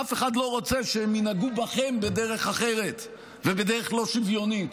אף אחד לא רוצה שהם ינהגו בכם בדרך אחרת ובדרך לא שוויונית.